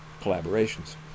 collaborations